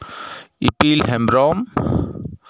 ᱤᱯᱤᱞ ᱦᱮᱢᱵᱨᱚᱢ